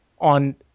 on